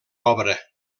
obra